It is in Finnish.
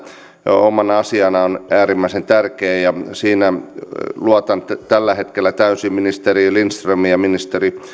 omana asianaan on äärimmäisen tärkeä siinä luotan tällä hetkellä täysin ministeri lindströmin ja ministeri